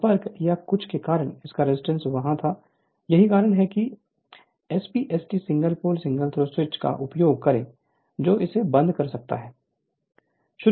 संपर्क या कुछ के कारण इतना रेजिस्टेंस वहाँ था यही कारण है कि SP ST single pole single throw switch का उपयोग करें जो इसे बंद कर सकता है